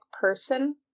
person